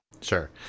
sure